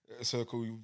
circle